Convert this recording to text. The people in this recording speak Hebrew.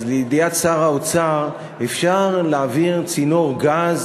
אז לידיעת שר האוצר, אפשר להעביר צינור גז,